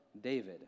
David